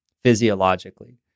physiologically